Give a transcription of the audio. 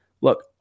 look